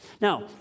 Now